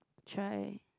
try